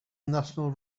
national